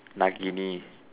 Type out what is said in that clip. Nagini